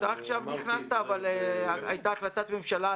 אתה עכשיו נכנסת, אבל הייתה החלטת ממשלה.